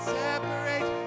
separate